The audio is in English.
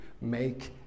Make